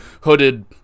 hooded